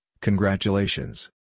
Congratulations